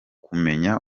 kumenya